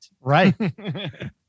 right